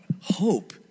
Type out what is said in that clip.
hope